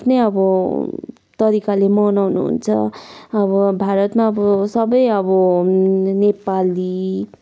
आफ्नै अब तरिकाले मनाउनुहुन्छ अब भारतमा अब सबै अब नेपाली